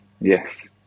Yes